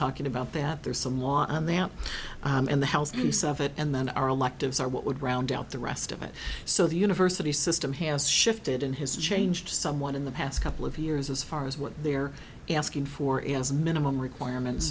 talking about that there's some law on them and the health use of it and then our electives are what would round out the rest of it so the university system has shifted in his change somewhat in the past couple of years as far as what they are asking for is minimal requirement